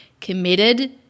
committed